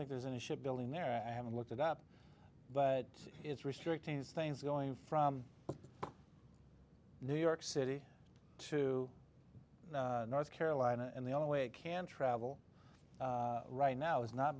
think there's any ship building there and haven't looked it up but it's restricting these things going from new york city to north carolina and the only way it can travel right now is not